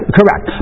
Correct